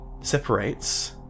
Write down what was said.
Separates